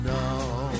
now